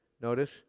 notice